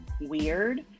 weird